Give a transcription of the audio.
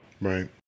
Right